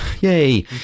yay